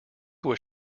was